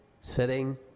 sitting